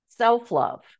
self-love